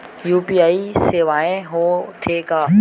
UPI सेवाएं हो थे का?